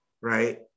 Right